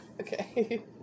Okay